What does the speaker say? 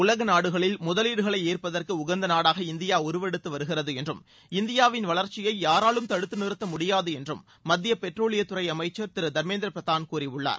உலக நாடுகளில் முதலீடுகளை ஈர்ப்பதற்கு உகந்த நாடாக இந்தியா உருவெடுத்து வருகிறது என்றம் இந்தியாவின் வளர்ச்சியை யாராலும் தடுத்து நிறத்தமுடியாது என்றம் மத்திய பெட்ரோலியத்துறை அமைச்சர் திரு தர்மேந்திர பிரதான் கூறியுள்ளார்